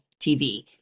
TV